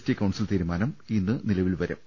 T council തീരു മാനം ഇന്ന് നിലവിൽ വരും